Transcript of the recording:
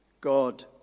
God